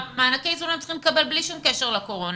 מענקי איזון הן צריכות לקבל בלי שום קשר לקורונה.